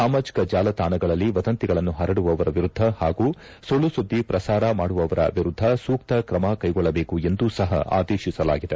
ಸಾಮಾಜಿಕ ಜಾಲತಾಣಗಳಲ್ಲಿ ವದಂತಿಗಳನ್ನು ಪರಡುವವರ ವಿರುದ್ದ ಹಾಗೂ ಸುಳ್ಳು ಸುದ್ದಿ ಪ್ರಸಾರ ಮಾಡುವವರ ವಿರುದ್ಧ ಸೂಕ್ತ ಕ್ರಮ ಕೈಗೊಳ್ಳಬೇಕು ಎಂದೂ ಸಹ ಆದೇಶಿಸಲಾಗಿದೆ